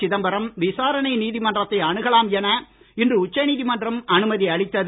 சிதம்பரம் விசாரணை நீதிமன்றத்தை அணுகலாம் என இன்று உச்சநீதிமன்றம் அனுமதி அளித்தது